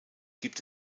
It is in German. gibt